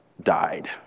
died